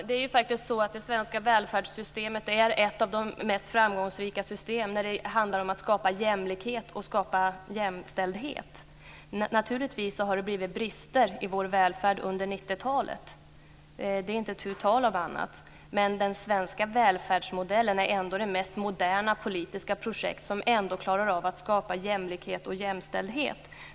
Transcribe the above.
Fru talman! Det svenska välfärdssystemet är ett av de mest framgångsrika systemen när det handlar om att skapa jämlikhet och jämställdhet. Naturligtvis har det blivit brister i vår välfärd under 90-talet. Det är inte tu tal om annat, men den svenska välfärdsmodellen är ändå det mest moderna politiska projekt som ändå klarar av att skapa jämlikhet och jämställdhet.